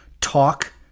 talk